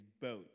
boat